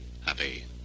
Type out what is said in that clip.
happy